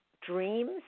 dreams